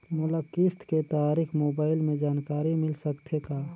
मोला किस्त के तारिक मोबाइल मे जानकारी मिल सकथे का?